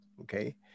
okay